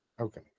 okay